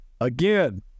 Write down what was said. Again